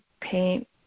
paint